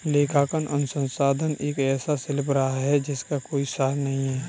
लेखांकन अनुसंधान एक ऐसा शिल्प रहा है जिसका कोई सार नहीं हैं